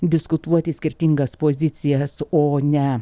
diskutuoti skirtingas pozicijas o ne